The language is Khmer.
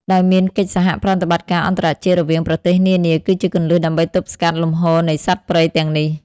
ដោយមានកិច្ចសហប្រតិបត្តិការអន្តរជាតិរវាងប្រទេសនានាគឺជាគន្លឹះដើម្បីទប់ស្កាត់លំហូរនៃសត្វព្រៃទាំងនេះ។